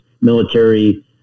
military